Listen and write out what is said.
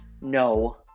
No